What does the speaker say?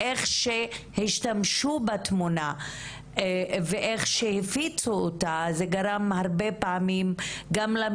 זה גרם הרבה פעמים גם למשפחות לחשוב שזה כבר בלתי נשלט מה